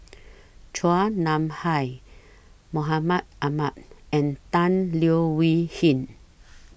Chua Nam Hai Mahmud Ahmad and Tan Leo Wee Hin